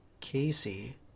casey